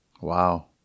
Wow